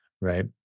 right